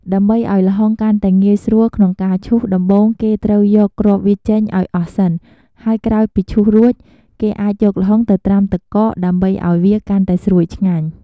ដើម្បីឱ្យល្ហុងកាន់តែងាយស្រួលក្នុងការឈូស ដំបូងគេត្រូវយកគ្រាប់វាចេញឱ្យអស់សិន ហើយក្រោយពីឈូសរួច គេអាចយកល្ហុងទៅត្រាំទឹកកកដើម្បីឱ្យវាកាន់តែស្រួយឆ្ងាញ់។